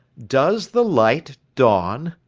does the light dawn?